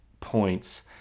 Points